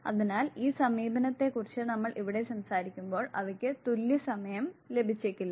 അതിനാൽ ഈ സമീപനത്തെക്കുറിച്ച് നമ്മൾ ഇവിടെ സംസാരിക്കുമ്പോൾ അവയ്ക്ക് തുല്ല്യ സമയം ലഭിച്ചേക്കില്ല